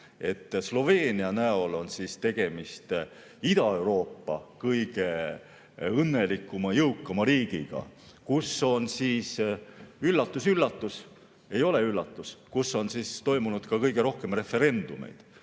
Sloveenia näol on tegemist Ida-Euroopa kõige õnnelikuma jõukama riigiga, kus on – üllatus-üllatus, ei ole üllatus – toimunud ka kõige rohkem referendumeid.